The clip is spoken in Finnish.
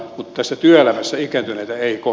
arvoisa puhemies